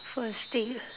first thing